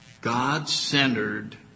God-centered